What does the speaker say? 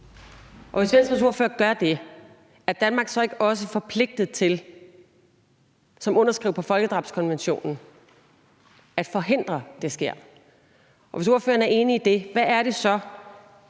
Hvis Venstres ordfører gør det, er Danmark så ikke også forpligtet til som underskrivere på folkedrabskonventionen at forhindre, at det sker? Hvis ordføreren er enig i det, hvad er det så